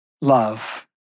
love